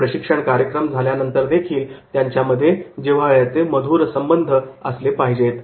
आणि प्रशिक्षण कार्यक्रम झाल्यानंतरदेखील त्यांच्यामध्ये जिव्हाळ्याचे मधुर संबंध असले पाहिजे